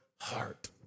heart